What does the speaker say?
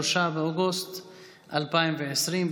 3 באוגוסט 2020,